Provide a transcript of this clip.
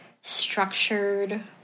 structured